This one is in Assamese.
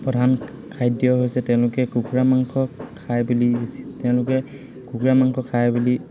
প্ৰধান খাদ্য হৈছে তেওঁলোকে কুকুৰা মাংস খাই বুলি তেওঁলোকে কুকুৰা মাংস খাই বুলি